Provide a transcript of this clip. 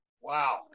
Wow